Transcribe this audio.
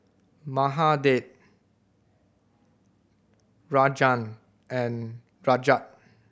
Mahade Rajan and Rajat